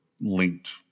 linked